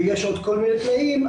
ויש עוד כל מיני תנאים,